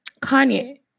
Kanye